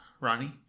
Ronnie